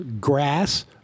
grass